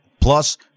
plus